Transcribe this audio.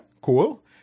cool